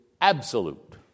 absolute